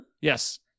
yes